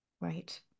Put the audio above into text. right